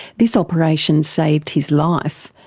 this operation saved his life,